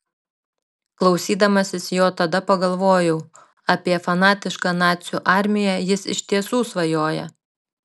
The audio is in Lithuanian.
klausydamasis jo tada pagalvojau apie fanatišką nacių armiją jis iš tiesų svajoja